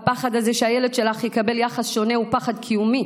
הפחד הזה שהילד שלך יקבל יחס שונה הוא פחד קיומי.